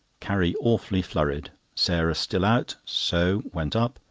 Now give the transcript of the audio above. carrie awfully flurried. sarah still out, so went up,